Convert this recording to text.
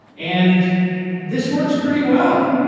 and this works pretty well.